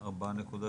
4.6?